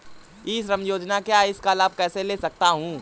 ई श्रम योजना क्या है मैं इसका लाभ कैसे ले सकता हूँ?